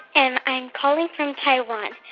and i'm calling from taiwan.